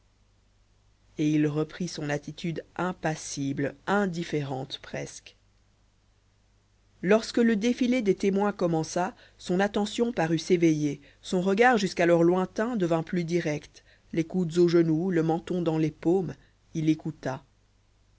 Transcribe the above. et il reprit son attitude impassible indifférente presque lorsque le défilé des témoins commença son attention parut s'éveiller son regard jusqu'alors lointain devint plus direct les coudes aux genoux le menton dans les paumes il écouta